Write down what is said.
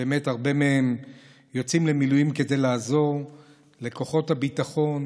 שבאמת הרבה מהם יוצאים למילואים כדי לעזור לכוחות הביטחון